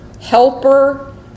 helper